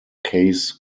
case